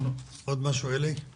עוד משהו אלי בן שם?